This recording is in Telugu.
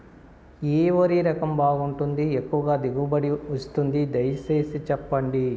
ఏ వరి రకం బాగుంటుంది, ఎక్కువగా దిగుబడి ఇస్తుంది దయసేసి చెప్పండి?